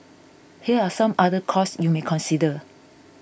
here are some other costs you may consider